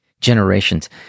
generations